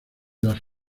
las